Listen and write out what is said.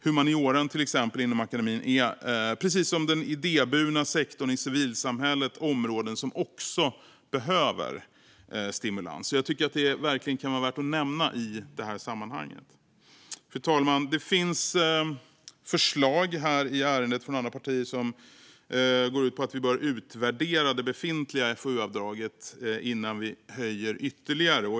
Humanioran inom akademin är, precis som den idéburna sektorn och civilsamhället, områden som också behöver stimulans. Jag tycker att det kan vara värt att nämna i det här sammanhanget. Fru talman! Det finns förslag från andra partier som går ut på att vi bör utvärdera det befintliga FoU-avdraget innan vi höjer det ytterligare.